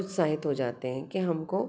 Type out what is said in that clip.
उत्साहित हो जाते हैं कि हम को